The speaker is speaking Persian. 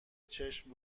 چشم